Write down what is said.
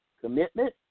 commitment